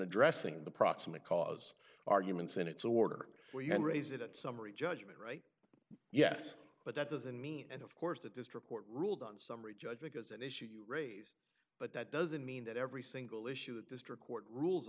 addressing the proximate cause arguments in its order where you can raise it at summary judgment right yes but that doesn't mean and of course the district court ruled on summary judgment as an issue you raised but that doesn't mean that every single issue that district court rules